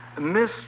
Miss